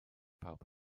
pawb